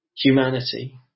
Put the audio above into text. humanity